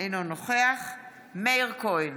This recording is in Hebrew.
אינו נוכח מאיר כהן,